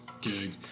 gig